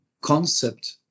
concept